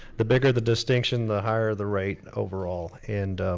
the bigger the distinction the higher the rate overall and